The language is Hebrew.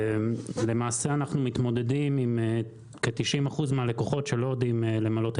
למעשה אנחנו מתמודדים עם כ- 90% מהלקוחות שלא יודעים למלא את